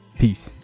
peace